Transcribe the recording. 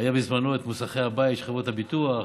היה בזמנו את מוסכי הבית של חברות הביטוח.